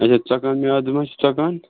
اَچھا ژۄکان میٛادٕ مَہ چھُ ژۄکان